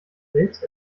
selbst